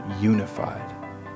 unified